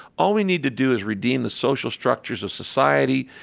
all we need to do is redeem the social structures of society,